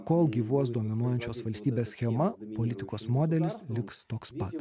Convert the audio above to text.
kol gyvuos dominuojančios valstybės schema politikos modelis liks toks pat